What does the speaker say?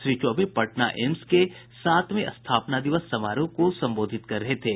Shri Choubey Patna AIIMS के सातवें स्थापना दिवस समारोह संबोधित कर रहे थे